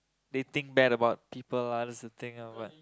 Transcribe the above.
they think bad about people lah that's the thing ah but